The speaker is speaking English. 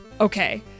okay